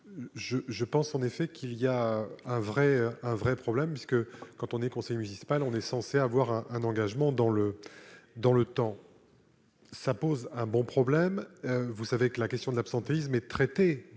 je pense en effet qu'il y a un vrai, un vrai problème parce que quand on est conseiller municipal, on est censé avoir un engagement dans le dans le temps. ça pose un bon problème vous savez que la question de l'absentéisme et dans